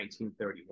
1931